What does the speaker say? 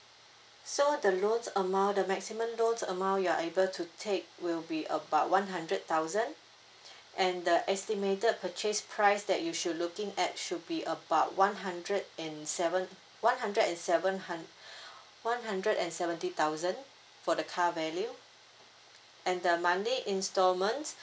so the loans amount the maximum loans amount you're able to take will be about one hundred thousand and the estimated purchase price that you should looking at should be about one hundred and seven one hundred and seven hund~ one hundred and seventy thousand for the car value and the monthly installments